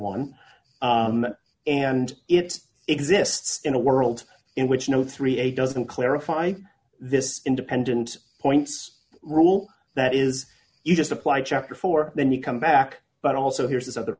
one and it exists in a world in which no three a dozen clarify this independent points rule that is you just apply chapter four then you come back but also here's this other